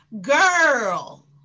girl